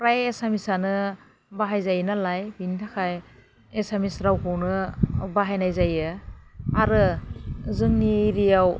फ्राय एसामिसआनो बाहायजायो नालाय बिनि थाखाय एसामिस रावखौनो बाहायनाय जायो आरो जोंनि एरियायाव